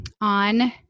on